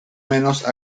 menos